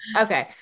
Okay